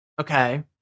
Okay